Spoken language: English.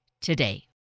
today